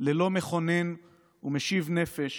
/ ללא מחונן ומשיב נפש